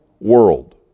world